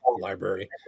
Library